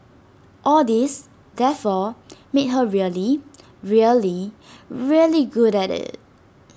all this therefore made her really really really good at IT